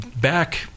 back